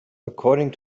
according